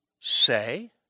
say